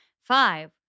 Five